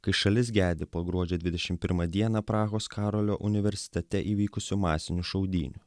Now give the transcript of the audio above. kai šalis gedi po gruodžio dvidešim pirmą dieną prahos karolio universitete įvykusių masinių šaudynių